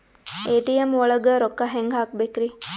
ATM ಒಳಗ್ ರೊಕ್ಕ ಹೆಂಗ್ ಹ್ಹಾಕ್ಬೇಕ್ರಿ?